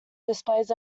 displays